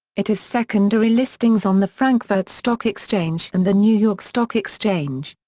it has secondary listings on the frankfurt stock exchange and the new york stock exchange.